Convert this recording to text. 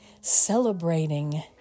celebrating